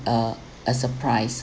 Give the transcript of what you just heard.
uh a surprise